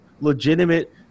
legitimate